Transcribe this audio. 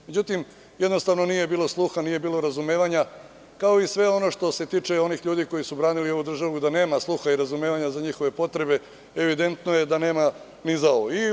Međutim, jednostavno nije bilo sluha, nije bilo razumevanja, kao i sve ono što se tiče onih ljudi koji su branili ovu državu i da nema sluha i razumevanja za njihove potrebe, evidentno je da nema ni za ovo.